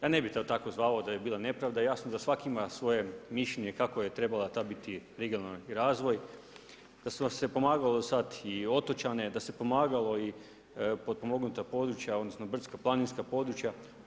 Ja ne bi to tako zvao da je bila nepravda, jasno da svaki ima svoje mišljenje kako je trebao tad biti regionalni razvoj, da se pomagalo sad i otočane, da se pomagalo i potpomognuta područja odnosno brdsko-planinska područja.